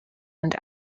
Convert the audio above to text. and